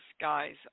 guys